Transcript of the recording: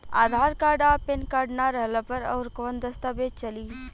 आधार card आ PAN card ना रहला पर अउरकवन दस्तावेज चली?